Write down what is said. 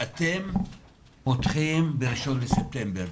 אתם פותחים ב-1 בספטמבר,